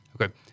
Okay